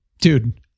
dude